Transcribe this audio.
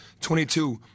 22